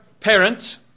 parents